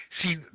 See